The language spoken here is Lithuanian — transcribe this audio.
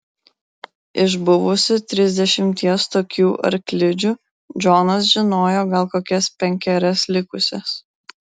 iš buvusių trisdešimties tokių arklidžių džonas žinojo gal kokias penkerias likusias